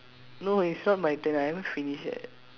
no it's not my turn I haven't finish yet